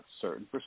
certain